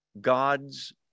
God's